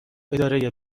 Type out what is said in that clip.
اداره